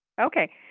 Okay